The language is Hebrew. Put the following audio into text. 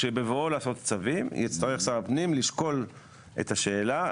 בבואו לעשות צווים יצטרך שר הפנים לשקול את השאלה,